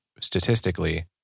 statistically